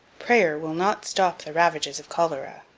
prayer will not stop the ravages of cholera.